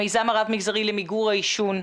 המיזם הרב מגזרי למיגור העישון.